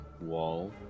wall